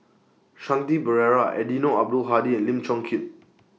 Shanti Pereira Eddino Abdul Hadi and Lim Chong Keat